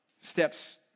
steps